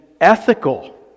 ethical